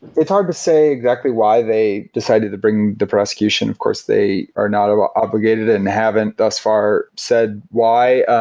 it's hard to say exactly why they decided to bring the prosecution. of course, they are not ah obligated and haven't thus far said why.